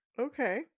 Okay